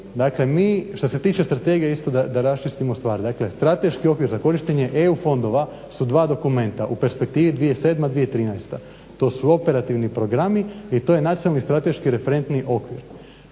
dakle mi što se tiče strategija isto da raščistimo stvari, dakle strateški okvir za korištenje EU fondova su dva dokumenta u perspektivi 2007.-2013., to su operativni programi i to je nacionalni strateški referentni okvir.